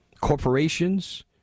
corporations